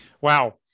Wow